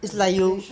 examination